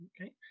Okay